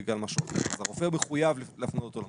בגלל משהו אחר והרופא מחויב להפנות אותו למכון.